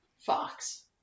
Fox